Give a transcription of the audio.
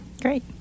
great